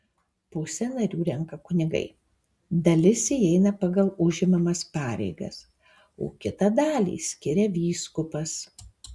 pusę narių renka kunigai dalis įeina pagal užimamas pareigas o kitą dalį skiria vyskupas